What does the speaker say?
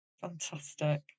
Fantastic